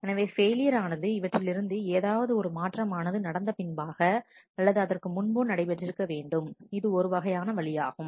எனவே ஃபெயிலியர் ஆனது இவற்றில் ஏதாவது ஒரு மாற்றமானது நடந்த பின்பாக அல்லது அதற்கு முன்போ நடைபெற்றிருக்க வேண்டும் இது ஒருவகையான வழியாகும்